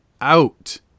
out